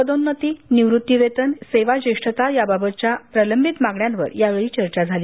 पदोन्नती निवृत्ती वेतन सेवाज्येष्ठता याबाबतच्या प्रलंबित मागण्यावर यावेळी चर्चा झाली